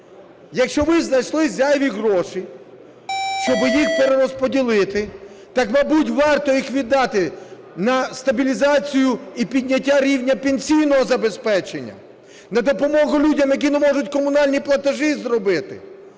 Якщо ви знайшли зайві гроші, щоб їх перерозподілити, так, мабуть, варто їх віддати на стабілізацію і підняття рівня пенсійного забезпечення, на допомогу людям, які не можуть комунальні платежі зробити.